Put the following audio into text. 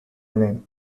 name